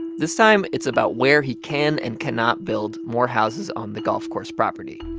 this time, it's about where he can and cannot build more houses on the golf course property.